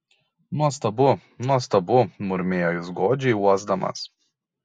nuostabu nuostabu murmėjo jis godžiai uosdamas